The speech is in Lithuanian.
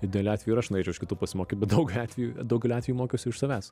idealiu atveju ir aš norėčiau iš kitų pasimokyt bet daugeliu atvejų daugeliu atvejų mokiausi iš savęs